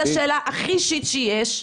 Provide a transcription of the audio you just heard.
הכי שיט שיש,